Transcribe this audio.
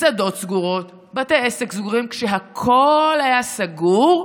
מסעדות סגורות, בתי עסק סגורים, כשהכול היה סגור,